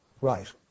Right